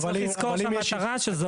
צריך לזכור את המטרה של זה,